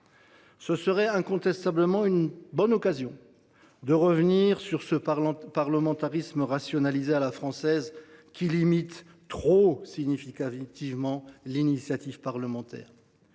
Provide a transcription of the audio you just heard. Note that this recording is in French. ce serait incontestablement une bonne occasion de revenir sur ce parlementarisme rationalisé à la française, qui limite trop significativement l’initiative parlementaire.